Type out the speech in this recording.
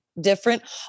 different